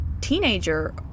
teenager